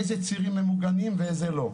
אילו צירים ממוגנים ואילו צירים לא.